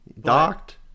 Docked